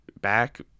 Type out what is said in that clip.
back